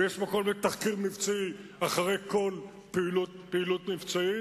ויש מקום לתחקיר מבצעי אחרי כל פעילות מבצעית,